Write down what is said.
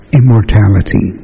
immortality